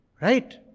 right